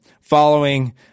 following